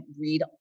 read